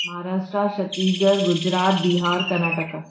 Maharashtra Chhattisgarh Gujarat Bihar Karnataka